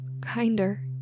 kinder